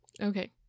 okay